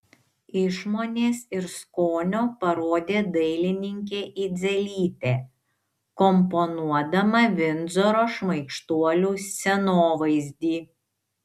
išmonės ir skonio parodė dailininkė idzelytė komponuodama vindzoro šmaikštuolių scenovaizdį